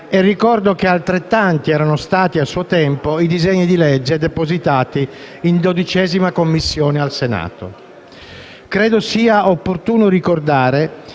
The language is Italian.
Ricordo che altrettanti erano stati a suo tempo i disegni di legge depositati in 12ª Commissione al Senato. Credo sia opportuno ricordare